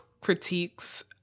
critiques